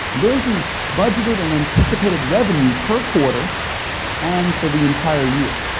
there's the budgeted and anticipated revenue per quarter and for the entire year.